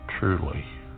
truly